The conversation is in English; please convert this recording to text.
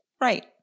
Right